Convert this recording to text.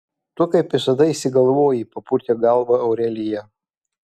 tu kaip visada išsigalvoji papurtė galvą aurelija